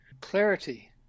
Clarity